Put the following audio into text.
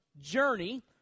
journey